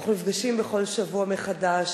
אנחנו נפגשים בכל שבוע מחדש,